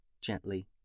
gently